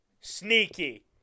Sneaky